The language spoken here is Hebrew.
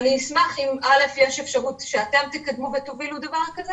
אני אשמח אם יש אפשרות שאתם תקדמו ותובילו דבר כזה